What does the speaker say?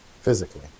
physically